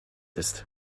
ist